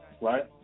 right